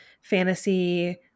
fantasy